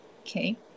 Okay